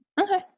Okay